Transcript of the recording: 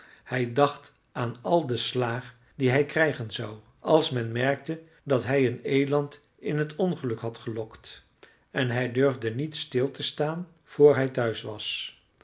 hij dacht aan al de slaag die hij krijgen zou als men merkte dat hij een eland in t ongeluk had gelokt en hij durfde niet stil te staan vr hij thuis was